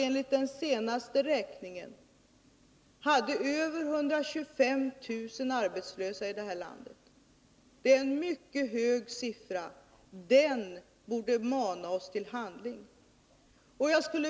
Enligt den senaste räkningen fanns det mer än 125 000 arbetslösa människor i detta land. Det är en mycket hög siffra, som borde mana oss till handling.